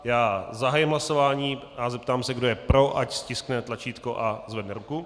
Zahájím hlasování a zeptám se, kdo je pro, ať stiskne tlačítko a zvedne ruku.